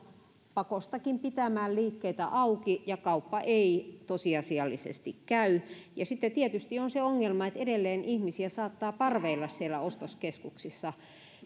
pakostakin pitämään liikkeitä auki ja kauppa ei tosiasiallisesti käy sitten tietysti on se ongelma että edelleen ihmisiä saattaa parveilla siellä ostoskeskuksissa